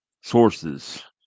sources